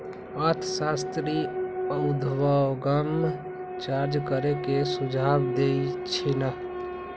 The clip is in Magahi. अर्थशास्त्री उर्ध्वगम चार्ज करे के सुझाव देइ छिन्ह